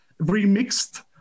remixed